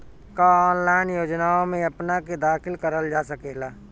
का ऑनलाइन योजनाओ में अपना के दाखिल करल जा सकेला?